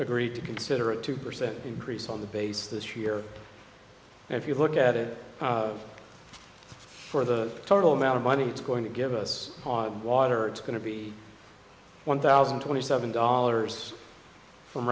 agreed to consider a two percent increase on the base this year and if you look at it for the total amount of money it's going to give us on water it's going to be one thousand twenty seven dollars from